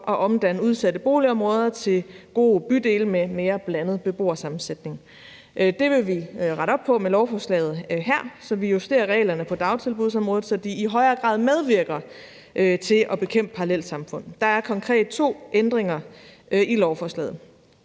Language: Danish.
at omdanne udsatte boligområder til gode bydele med en mere blandet beboersammensætning. Det vil vi rette op på med lovforslaget her ved at justere reglerne på dagtilbudsområdet, så de i højere grad medvirker til at bekæmpe parallelsamfund. Der er konkret to ændringer i lovforslaget.